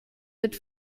mit